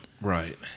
Right